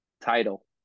title